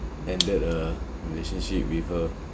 ended a relationship with her